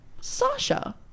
sasha